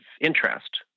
interest